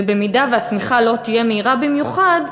ובמידה שהצמיחה לא תהיה מהירה במיוחד,